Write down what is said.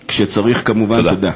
תודה.